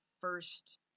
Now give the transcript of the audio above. first